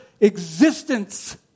existence